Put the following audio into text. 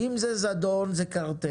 אם זה זדון זה קרטל,